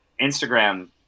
Instagram